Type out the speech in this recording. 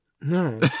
No